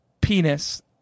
Penis